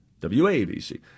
wabc